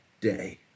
day